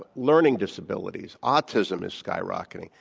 ah learning disabilities, autism is skyrocketing.